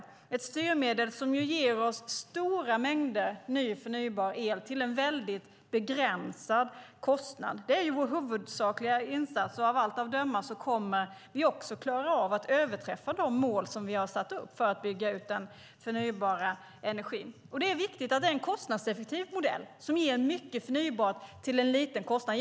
Det är ett styrmedel som ger oss stora mängder ny förnybar el till en väldigt begränsad kostnad. Det är vår huvudsakliga insats, och av allt att döma kommer vi också att klara av att överträffa de mål som vi har satt upp för att bygga ut den förnybara energin. Det är viktigt att det är en kostnadseffektiv modell som ger mycket förnybart till en liten kostnad.